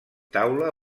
taula